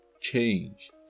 change